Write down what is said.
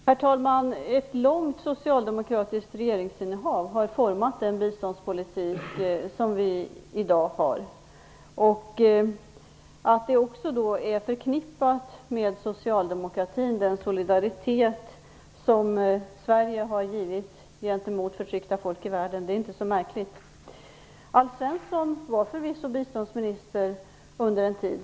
Herr talman! Ett långt socialdemokratiskt regeringsinnehav har format den biståndspolitik som vi i dag har. Att denna är förknippad med socialdemokratin och den solidaritet som Sverige har visat förtryckta folk i världen är inte så märkligt. Alf Svensson var förvisso biståndsminister under en tid.